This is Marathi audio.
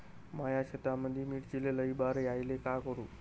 माया शेतामंदी मिर्चीले लई बार यायले का करू?